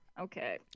Okay